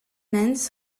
nens